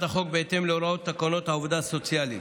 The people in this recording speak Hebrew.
החוק בהתאם להוראות תקנות העבודה הסוציאלית.